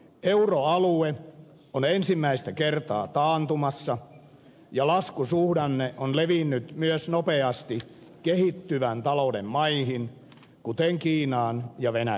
euroalue on ensimmäistä kertaa taantumassa ja laskusuhdanne on levinnyt myös nopeasti kehittyvän talouden maihin kuten kiinaan ja venäjälle